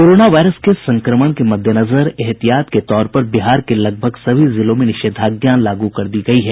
corona virus के संक्रमण के मद्देनजर एहतियात के तौर पर बिहार के लगभग सभी जिलों में निषेधाज्ञा लागू कर दी गयी है